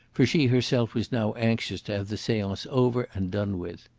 for she herself was now anxious to have the seance over and done with.